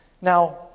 Now